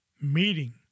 meeting